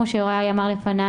כמו שאמר יוראי לפניי,